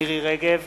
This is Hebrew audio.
מירי רגב,